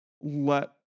let